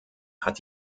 hat